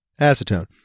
acetone